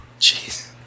Jeez